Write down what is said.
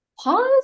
pause